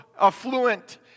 affluent